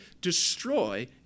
destroy